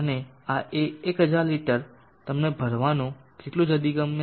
અને આ 1000 લિટર તમને ભરવાનું કેટલું જલ્દી ગમે છે